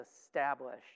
established